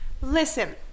listen